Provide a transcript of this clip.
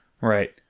Right